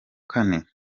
kane